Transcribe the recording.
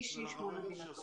איש איש מול מדינה.